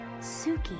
Suki